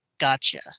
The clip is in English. Gotcha